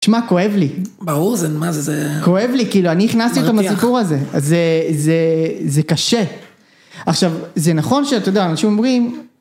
‫שמע, כואב לי. ‫-ברור, זה... מה זה? ‫כואב לי, כאילו, ‫אני הכנסתי אותם לסיפור הזה. ‫זה... זה... זה קשה. ‫עכשיו, זה נכון שאתה יודע, ‫אנשים אומרים...